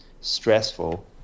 stressful